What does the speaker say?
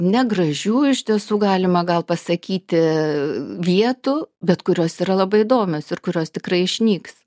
negražių iš tiesų galima gal pasakyti vietų bet kurios yra labai įdomios ir kurios tikrai išnyks